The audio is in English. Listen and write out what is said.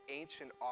ancient